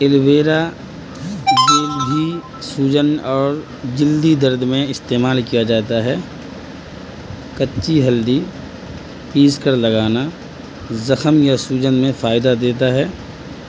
aloe vera gel بھی سوجن اور جلدی درد میں استعمال کیا جاتا ہے کچی ہلدی پیس کر لگانا زخم یا سوجن میں فائدہ دیتا ہے